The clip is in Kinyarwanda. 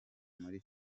muri